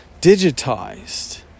digitized